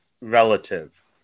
relative